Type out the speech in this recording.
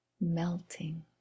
melting